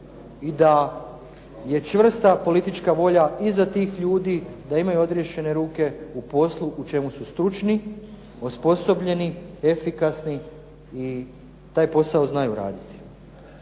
i da je čvrsta politička volja iza tih ljudi, da imaju odriješene ruke u poslu u čemu su stručni, osposobljeni, efikasni i taj posao znaju raditi.